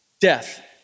death